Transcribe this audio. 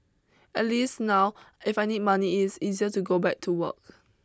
at least now if I need money it's easier to go back to work